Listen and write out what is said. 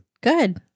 Good